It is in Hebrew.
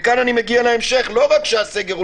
לא רק שהסגר הוא